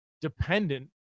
dependent